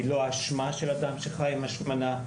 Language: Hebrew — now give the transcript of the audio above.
היא לא אשמה של אדם שחיי עם השמנה.